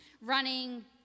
running